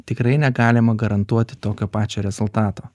tikrai negalima garantuoti tokio pačia rezultato